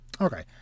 Okay